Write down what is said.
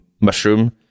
Mushroom